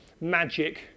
magic